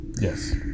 Yes